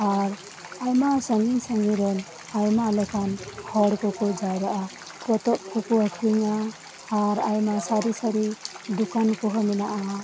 ᱟᱨ ᱟᱭᱢᱟ ᱥᱟᱹᱜᱤᱧ ᱥᱟᱹᱜᱤᱧ ᱨᱮᱱ ᱟᱭᱢᱟ ᱞᱮᱠᱟᱱ ᱦᱚᱲ ᱠᱚ ᱠᱚ ᱡᱟᱣᱨᱟᱜᱼᱟ ᱯᱚᱛᱚᱵ ᱠᱚ ᱠᱚ ᱟᱠᱷᱨᱤᱧᱟ ᱟᱨ ᱟᱭᱢᱟ ᱥᱟᱹᱨᱤ ᱥᱟᱹᱨᱤ ᱫᱚᱠᱟᱱ ᱠᱚᱦᱚᱸ ᱢᱮᱱᱟᱜᱼᱟ